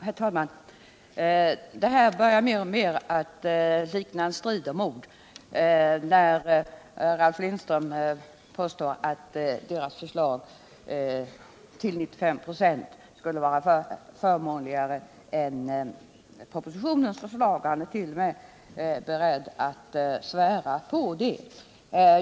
Herr talman! Detta börjar mer och mer likna en strid om ord. Ralf Lindström påstår att det förslag som socialdemokraterna förordar till 95 96 skulle vara förmånligare än propositionens förslag — han ärt.o.m. beredd att svära på det.